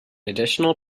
additional